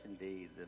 indeed